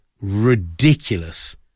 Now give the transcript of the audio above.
ridiculous